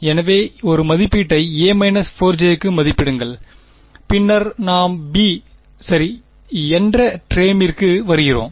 எனவே ஒரு மதிப்பீட்டை a 4j க்கு மதிப்பிடுங்கள் பின்னர் நாம் b சரி என்ற டெர்மிற்கு வருகிறோம்